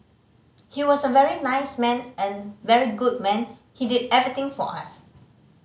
he was a very nice man an very good man he did everything for us